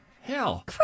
hell